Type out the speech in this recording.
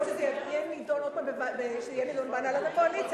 או שזה יידון עוד הפעם בהנהלת הקואליציה.